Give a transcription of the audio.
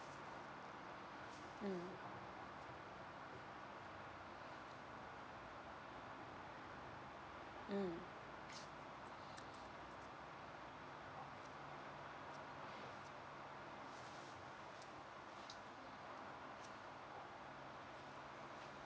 mm mm